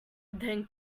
then